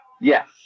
Yes